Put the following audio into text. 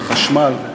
החשמל,